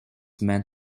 meant